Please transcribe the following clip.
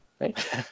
right